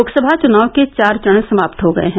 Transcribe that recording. लोकसभा चुनाव के चार चरण समाप्त हो गए हैं